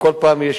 בכל פעם יש